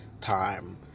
time